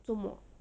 做么